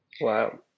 Wow